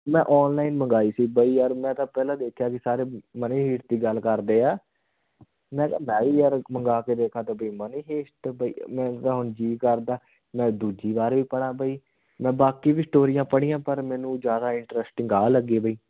ਮੈਂ ਓਨਲਾਈਨ ਮੰਗਵਾਈ ਸੀ ਬਈ ਯਾਰ ਮੈਂ ਤਾਂ ਪਹਿਲਾਂ ਦੇਖਿਆ ਵੀ ਸਾਰੇ ਮਨੀ ਹਿਸਟ ਦੀ ਗੱਲ ਕਰਦੇ ਆ ਮੈਂ ਕਿਹਾ ਮੈਂ ਵੀ ਯਾਰ ਮੰਗਵਾ ਕੇ ਦੇਖਾ ਤਾਂ ਬਈ ਮਨੀ ਹਿਸਟ ਬਈ ਮੇਰਾ ਤਾਂ ਹੁਣ ਜੀਅ ਕਰਦਾ ਮੈਂ ਦੂਜੀ ਵਾਰ ਵੀ ਪੜ੍ਹਾ ਬਈ ਮੈਂ ਬਾਕੀ ਵੀ ਸਟੋਰੀਆਂ ਪੜ੍ਹੀਆਂ ਪਰ ਮੈਨੂੰ ਜ਼ਿਆਦਾ ਇੰਟਰਸਟਿੰਗ ਆਹ ਲੱਗ ਬਈ